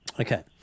Okay